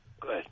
Good